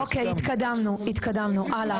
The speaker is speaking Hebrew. אוקיי התקדמנו הלאה.